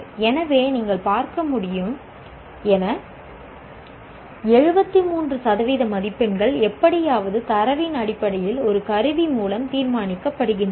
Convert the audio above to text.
எனவே நீங்கள் பார்க்க முடியும் என 73 சதவீத மதிப்பெண்கள் எப்படியாவது தரவின் அடிப்படையில் ஒரு கருவி மூலம் தீர்மானிக்கப்படுகின்றன